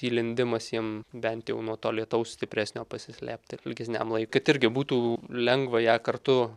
įlindimas jiem bent jau nuo to lietaus stipresnio pasislėpti ilgesniam laikui kad irgi būtų lengva ją kartu